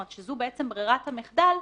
שזו ברירת המחדל,